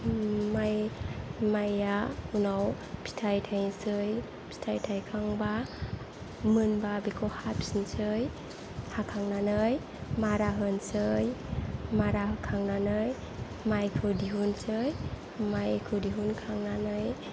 माइ माइया उनाव फिथाइ थायनोसै फिथाइ थायखांबा मोनबा बेखौ हाफिननोसै हाखांनानै मारा होनोसै मारा होखांनानै माइखौ दिहुननोसै माइखौ दिहुनखांनानै